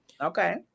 okay